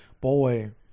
Boy